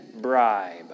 bribe